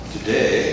Today